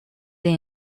they